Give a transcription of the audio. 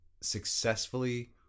successfully